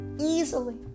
easily